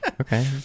Okay